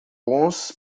bons